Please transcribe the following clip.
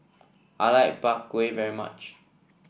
I like Bak Kwa very much